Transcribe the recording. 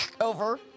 Over